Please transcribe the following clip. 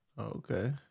Okay